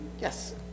Yes